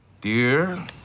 Dear